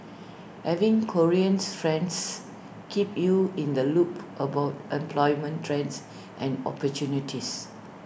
having Koreans friends keep you in the loop about employment trends and opportunities